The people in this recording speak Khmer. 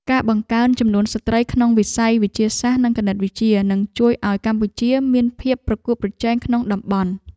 ការបង្កើនចំនួនស្ត្រីក្នុងវិស័យវិទ្យាសាស្ត្រនិងគណិតវិទ្យានឹងជួយឱ្យកម្ពុជាមានភាពប្រកួតប្រជែងក្នុងតំបន់។